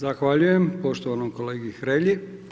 Zahvaljujem poštovanom kolegi Hrelji.